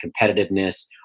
competitiveness